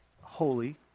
holy